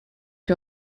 que